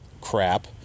crap